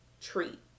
treat